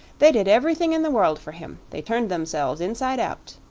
they did everything in the world for him they turned themselves inside out.